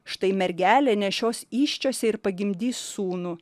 štai mergelė nešios įsčiose ir pagimdys sūnų